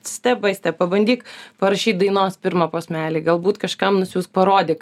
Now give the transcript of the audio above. step bai step pabandyk parašyt dainos pirmą posmelį galbūt kažkam nusiųsk parodyk